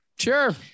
Sure